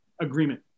agreement